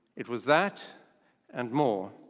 it was that and more.